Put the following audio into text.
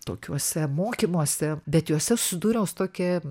tokiuose mokymuose bet juose susidūriau su tokia